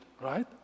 right